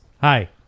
Hi